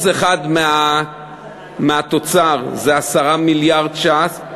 1% מהתוצר זה 10 מיליארד ש"ח,